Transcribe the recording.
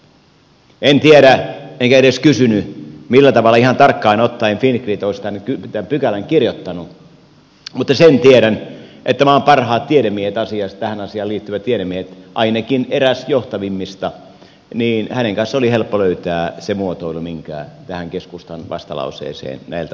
en tiedä enkä edes kysynyt millä tavalla ihan tarkkaan ottaen fingrid olisi tämän pykälän kirjoittanut mutta sen tiedän että maan parhaiden tähän asiaan liittyvien tiedemiesten ainakin erään johtavimmista kanssa oli helppo löytää se muotoilu mikä tähän keskustan vastalauseeseen näiltä osin on kirjattu